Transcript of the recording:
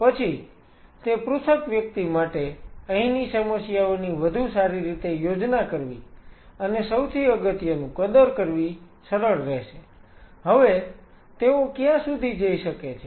પછી તે પૃથક વ્યક્તિ માટે અહીની સમસ્યાઓની વધુ સારી રીતે યોજના કરવી અને સૌથી અગત્યનું કદર કરવી સરળ રહેશે હવે તેઓ ક્યાં સુધી જઈ શકે છે